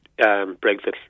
Brexit